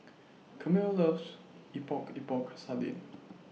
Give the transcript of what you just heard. Camille loves Epok Epok Sardin